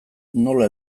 nola